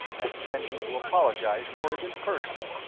and send him to apologize for it in person.